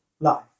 life